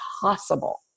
possible